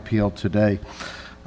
appeal today